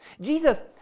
Jesus